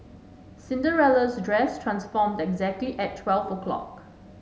Cinderella's dress transformed exactly at twelve o'clock